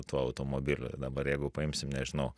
tuo automobiliu dabar jeigu paimsim nežinau